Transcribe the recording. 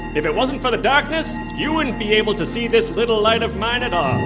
if it wasn't for the darkness, you wouldn't be able to see this little light of mine at all.